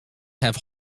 have